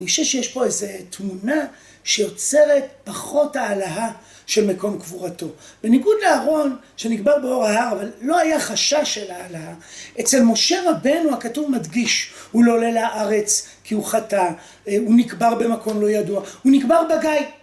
אני חושב שיש פה איזה תמונה שיוצרת פחות האלהה של מקום קבורתו. בניגוד לאהרון, שנקבר באור ההר, אבל לא היה חשש של האלהה. אצל משה רבנו, הכתוב מדגיש, הוא לא עולה לארץ כי הוא חטא, הוא נקבר במקום לא ידוע, הוא נקבר בגיא...